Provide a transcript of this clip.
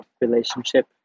relationship